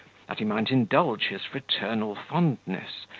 that he might indulge his fraternal fondness,